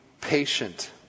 patient